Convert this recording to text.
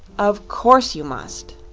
of course you must.